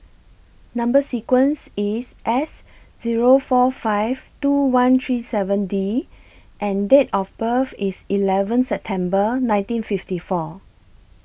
Number sequence IS S Zero four five two one three seven D and Date of birth IS eleventh September nineteen fifty four